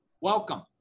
welcome